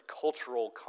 cultural